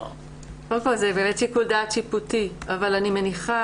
זה באמת שיקול דעת שיפוטי אבל אני מניחה